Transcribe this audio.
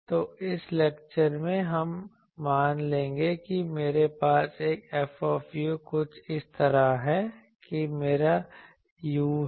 तो इस लेक्चर में हम मान लेंगे कि मेरे पास एक F कुछ इस तरह है कि यह मेरा u है